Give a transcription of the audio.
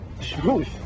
Smooth